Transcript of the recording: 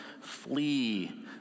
Flee